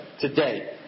today